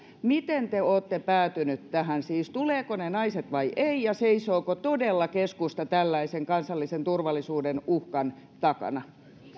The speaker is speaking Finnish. miten te olette päätyneet tähän siis tulevatko ne naiset vai eivät ja seisooko todella keskusta tällaisen kansallisen turvallisuuden uhkan takana